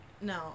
no